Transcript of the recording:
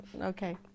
Okay